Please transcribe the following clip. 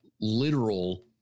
literal